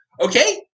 Okay